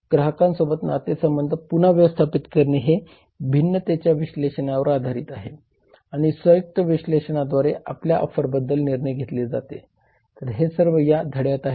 ग्राहकांसोबत नातेसंबंध पुन्हा व्यवस्थापित करणे हे भिन्नतेच्या विश्लेषणावर आधारित आहे आणि संयुक्त विश्लेषणाद्वारे आपल्या ऑफरबद्दल निर्णय घेतले जाते तर हे सर्व या धड्यात आहे